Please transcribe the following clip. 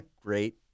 great